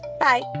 Bye